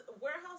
warehouse